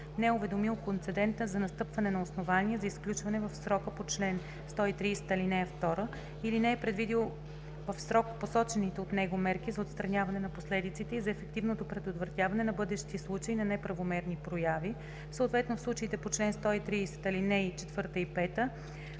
не е уведомил концедента за настъпване на основание за изключване в срока по чл. 130, ал. 2 или не е предприел в срок посочените от него мерки за отстраняване на последиците и за ефективното предотвратяване на бъдещи случаи на неправомерни прояви, съответно в случаите по чл. 130, ал. 4 и 5